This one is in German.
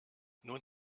nun